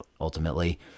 ultimately